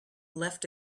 left